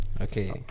Okay